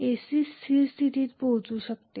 AC स्थिर स्थितीत पोहोचू शकते